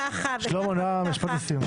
שלמה, משפט לסיום.